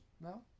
No